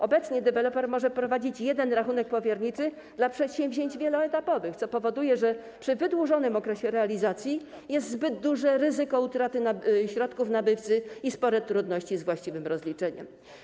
Obecnie deweloper może prowadzić jeden rachunek powierniczy dla przedsięwzięć wieloetapowych, co powoduje, że przy wydłużonym okresie realizacji jest zbyt duże ryzyko utraty środków nabywcy i są spore trudności z właściwym rozliczeniem środków.